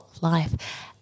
life